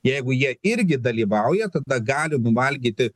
jeigu jie irgi dalyvauja tada gali nuvalgyti